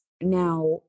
now